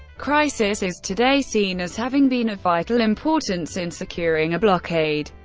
crisis is today seen as having been of vital importance in securing a blockade,